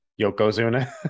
yokozuna